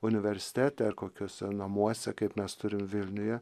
universitete ar kokiuose namuose kaip mes turim vilniuje